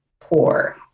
poor